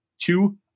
two